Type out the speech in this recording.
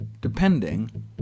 depending